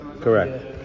Correct